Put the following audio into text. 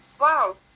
Wow